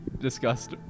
discussed